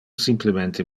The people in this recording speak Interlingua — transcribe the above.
simplemente